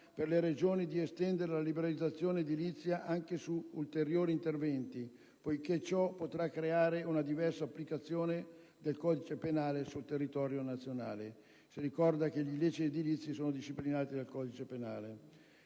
per le Regioni di estendere la liberalizzazione edilizia anche su ulteriori interventi, poiché ciò potrà creare una diversa applicazione del codice penale sul territorio nazionale (si ricorda che gli illeciti edilizi sono disciplinati dal codice penale).